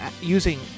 using